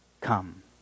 come